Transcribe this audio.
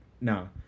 no